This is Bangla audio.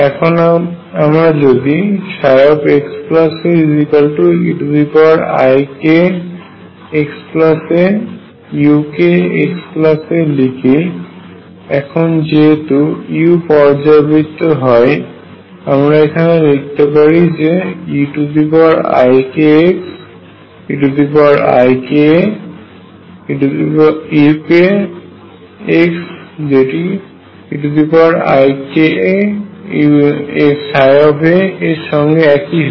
এখন আমরা যদি xaeikxaukxa লিখি এখন যেহেতু u পর্যায়বৃত্ত হয় আমরা এখানে লিখতে পারি eikxeikauk যেটি eikaψ এর সঙ্গে একই হয়